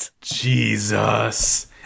Jesus